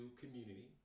community